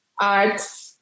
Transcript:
arts